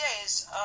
days